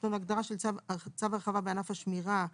"צו הרחבה בענף השמירה"